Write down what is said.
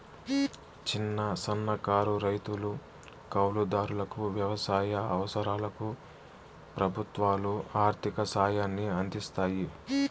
చిన్న, సన్నకారు రైతులు, కౌలు దారులకు వ్యవసాయ అవసరాలకు ప్రభుత్వాలు ఆర్ధిక సాయాన్ని అందిస్తాయి